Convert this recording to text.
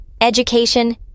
education